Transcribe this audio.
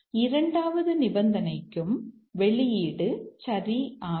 இரண்டாவது நிபந்தனைக்கும் வெளியீடு சரி ஆகும்